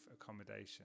accommodation